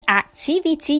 activity